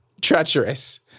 treacherous